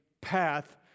path